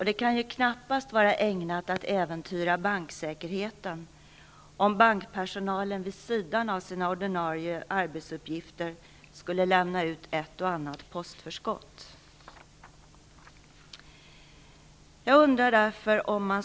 Det kan ju knappast vara ägnat att äventyra banksäkerheten om bankpersonalen vid sidan av sina ordinarie arbetsuppgifter lämnar ut ett och annat postförskott.